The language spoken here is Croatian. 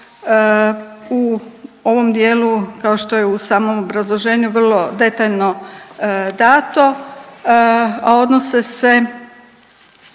u ovom dijelu kao što je u samom obrazloženju vrlo detaljno dato, a odnose se